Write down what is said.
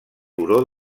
turó